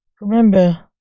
Remember